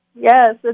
Yes